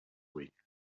week